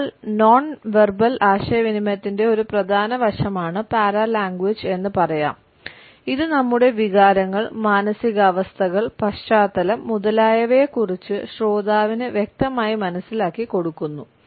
അതിനാൽ non verbal ആശയവിനിമയത്തിന്റെ ഒരു പ്രധാന വശമാണ് പാരലാംഗ്വേജ് എന്ന് പറയാം ഇത് നമ്മുടെ വികാരങ്ങൾ മാനസികാവസ്ഥകൾ പശ്ചാത്തലം മുതലായവയെക്കുറിച്ച് ശ്രോതാവിന് വ്യക്തമായി മനസ്സിലാക്കി കൊടുക്കുന്നു